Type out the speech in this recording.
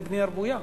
אין בנייה רוויה.